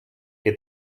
que